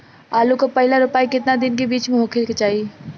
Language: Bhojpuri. आलू क पहिला रोपाई केतना दिन के बिच में होखे के चाही?